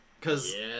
Cause